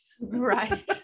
Right